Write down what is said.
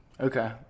Okay